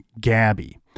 Gabby